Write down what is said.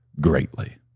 greatly